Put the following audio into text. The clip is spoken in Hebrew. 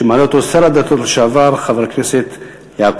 הצעה לסדר-היום